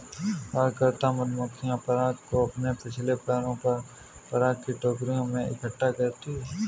कार्यकर्ता मधुमक्खियां पराग को अपने पिछले पैरों पर पराग की टोकरियों में इकट्ठा करती हैं